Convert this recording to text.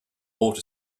bought